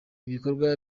ibikorwa